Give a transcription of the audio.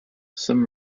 some